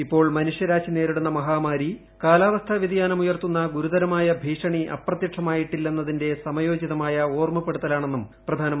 ഇപ്പോൾ മനുഷ്യരാശി നേരിടുന്ന മഹാമാരി കാലാവസ്ഥാ വൃതിയാനം ഉയർത്തുന്ന ഗുരുതരമായ ഭീഷണി അപ്രത്യക്ഷമായിട്ടില്ലെന്നതിന്റെ സമയോചിതമായ ഓർമ്മപ്പെടുത്തലാ ണെന്നും പ്രധാനമന്ത്രി ചൂണ്ടിക്കാട്ടി